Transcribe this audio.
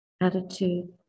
attitude